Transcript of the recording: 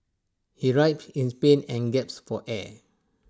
he writhed in pain and gasped for air